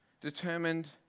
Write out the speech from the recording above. determined